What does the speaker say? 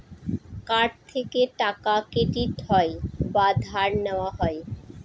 card থেকে টাকা credit হয় বা ধার নেওয়া হয়